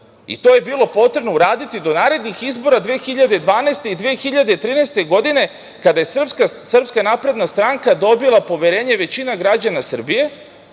To je bilo potrebno uraditi do narednih izbora 2012. i 2013. godine, kada je SNS dobila poverenje većine građana Srbije